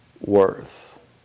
worth